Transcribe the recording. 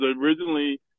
originally